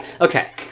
Okay